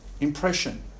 impression